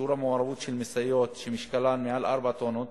שיעור המעורבות של משאיות שמשקלן מעל 4 טונות